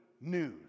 news